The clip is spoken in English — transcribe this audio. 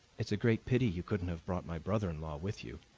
it's a great pity you couldn't have brought my brother-in-law with you.